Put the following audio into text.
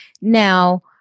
Now